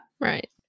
Right